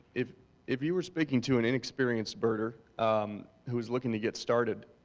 if if you were speaking to an inexperienced birder um who was looking to get started,